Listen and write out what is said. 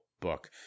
book